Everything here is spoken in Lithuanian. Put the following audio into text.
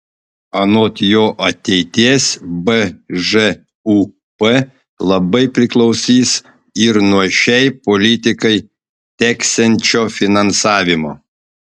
anot jo ateities bžūp labai priklausys ir nuo šiai politikai teksiančio finansavimo